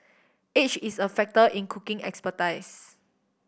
age is a factor in cooking expertise